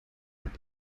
hat